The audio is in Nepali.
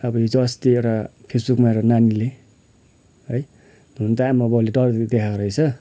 अब हिजोअस्ति एउटा फेसबुकमा एउटा नानीले है हुन त आमाबाबुले डरहरू देखाएको रहेछ